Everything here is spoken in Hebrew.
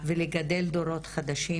ולגדל דורות חדשים,